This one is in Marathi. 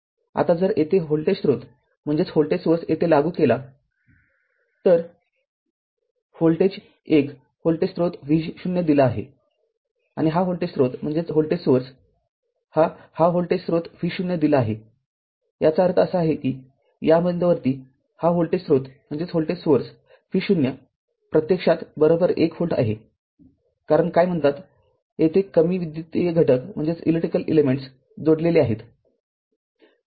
आता जर येथे व्होल्टेज स्त्रोत येथे लागू केला तर व्होल्टेज १ व्होल्टेज स्रोत V0 दिला आहे आणि हा व्होल्टेज स्रोत हा व्होल्टेज स्रोत V0 दिला आहे याचा अर्थ असा की या बिंदूवरती हा व्होल्टेज स्रोत V0 प्रत्यक्षात१ व्होल्ट आहे कारण काय कॉलयेथे कमी विद्युतीय घटक जोडलेले आहेत